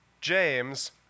James